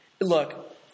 Look